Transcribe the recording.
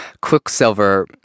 Quicksilver